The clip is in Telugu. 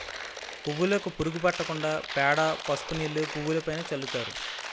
పువ్వులుకు పురుగు పట్టకుండా పేడ, పసుపు నీళ్లు పువ్వులుపైన చల్లుతారు